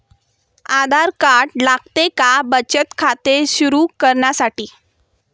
आधार card लागते का बचत खाते सुरू करण्यासाठी?